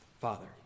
father